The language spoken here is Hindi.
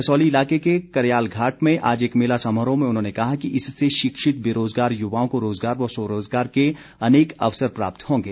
कसौली इलाके के करयालघाट में आज एक मेला समारोह में उन्होंने कहा कि इससे शिक्षित बेरोज़गार युवाओं को रोज़गार व स्वरोज़गार के अनेक अवसर प्राप्त होंगे